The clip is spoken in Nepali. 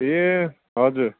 ए हजुर